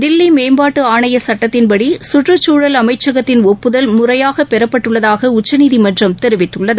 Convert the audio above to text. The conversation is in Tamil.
தில்லி மேம்பாட்டு ஆணைய சட்டத்தின்படி சுற்றுச்சூழல் அமைச்சகத்தின் ஒப்புதல் முறையாக பெறப்பட்டுள்ளதாக உச்சநீதிமன்றம் தெரிவித்துள்ளது